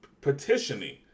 Petitioning